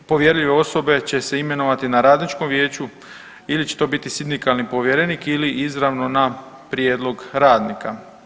Povjerljive osobe će se imenovati na Radničkom vijeću ili će to biti sindikalni povjerenik ili izravno na prijedlog radnika.